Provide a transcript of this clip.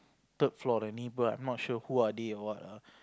third floor the neighbor I'm not sure who are they or what ah